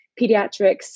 pediatrics